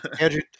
Andrew